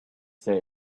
say